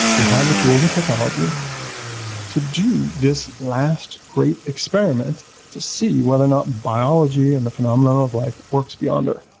we have the tools and technology to do this last great experiment to see whether or not biology and the phenomenon of life works beyond earth.